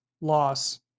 loss